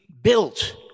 built